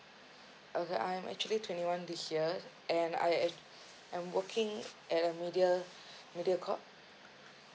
okay I'm actually twenty one this year and I actually I'm working at a media MediaCorp